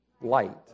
light